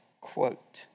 quote